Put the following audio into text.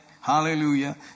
Hallelujah